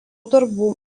darbų